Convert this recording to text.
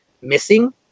missing